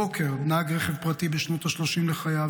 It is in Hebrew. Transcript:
הבוקר נהג רכב פרטי בשנות השלושים לחייו